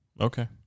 okay